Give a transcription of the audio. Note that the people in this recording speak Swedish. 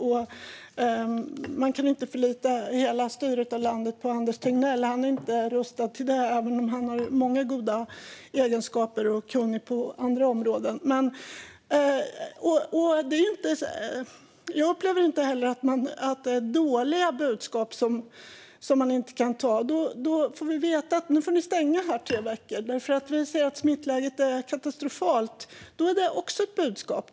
Man kan heller inte förlita sig på Anders Tegnell när det gäller hela styrningen av landet. Han är inte rustad för det, även om han har många goda egenskaper och är kunnig på andra områden. Jag upplever inte heller att det är dåliga budskap som man inte kan ta. Om man får veta att nu får ni stänga i tre veckor eftersom smittläget är katastrofalt, då är det också ett budskap.